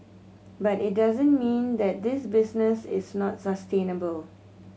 but it doesn't mean that this business is not sustainable